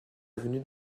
avenue